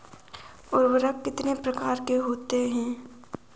उर्वरक कितने प्रकार के होते हैं?